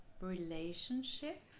relationship